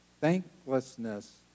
Thanklessness